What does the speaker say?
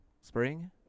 spring